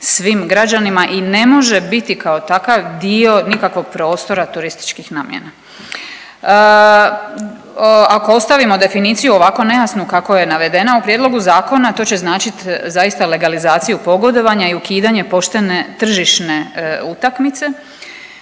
svim građanima i ne može biti kao takav dio nikakvog prostora turističkih namjena. Ako ostavimo definiciju ovako nejasnu kako je navedena u prijedlogu zakona to će značit zaista legalizaciju, pogodovanja i ukidanje poštene tržišne utakmice.